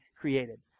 created